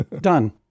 Done